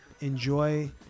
Enjoy